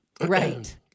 Right